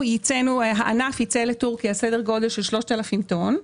הענף ייצא לטורקיה סדר גודל של 3,000 טון.